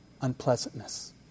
unpleasantness